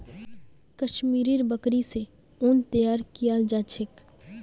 कश्मीरी बकरि स उन तैयार कियाल जा छेक